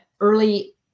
early